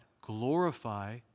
Glorify